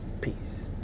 Peace